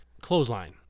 clothesline